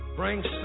brings